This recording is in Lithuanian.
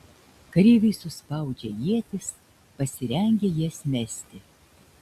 kareiviai suspaudžia ietis pasirengia jas mesti